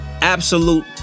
absolute